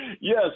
Yes